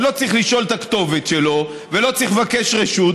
ואז לא צריך לשאול את הכתובת שלו ולא צריך לבקש רשות,